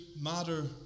matter